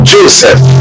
Joseph